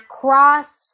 Cross